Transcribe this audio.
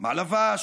מה לבשת?